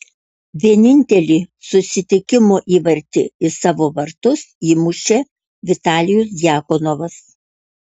vienintelį susitikimo įvartį į savo vartus įmušė vitalijus djakonovas